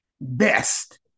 best